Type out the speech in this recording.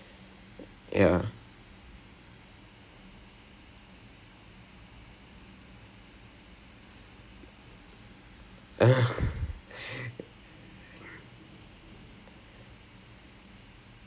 the they don't and even if you tell them like இந்த மாதிரி இந்த மாதிரி:intha maathiri intha maathiri then they are like like oh okay lah okay lah then I'm like okay புரிஞ்சுச்சு:purichu lah like confirm but so it wasn't going so and நானும் அவரும்:naanum avarum so we became friends